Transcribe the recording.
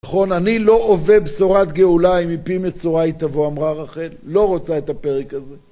נכון, אני לא אובה בשורת גאולה אם מפי מצורע היא תבוא, אמרה רחל, לא רוצה את הפרק הזה.